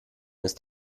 ist